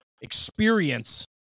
experience